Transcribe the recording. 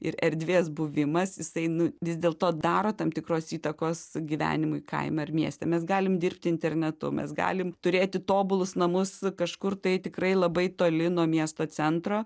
ir erdvės buvimas jisai nu vis dėlto daro tam tikros įtakos gyvenimui kaime ar mieste mes galim dirbti internetu mes galim turėti tobulus namus kažkur tai tikrai labai toli nuo miesto centro